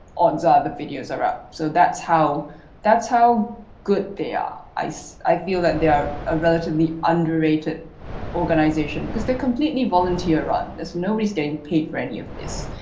odds are the videos are up so that's how that's how good they are. i so i feel they are ah relatively underrated organization because they completely volunteer on this, nobody is getting paid for any of this.